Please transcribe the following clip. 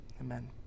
amen